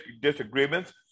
disagreements